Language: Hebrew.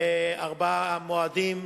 בארבעה מועדים,